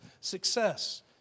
Success